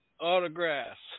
autographs